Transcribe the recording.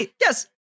yes